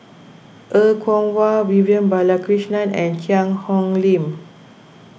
Er Kwong Wah Vivian Balakrishnan and Cheang Hong Lim